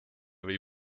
või